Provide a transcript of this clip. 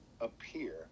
appear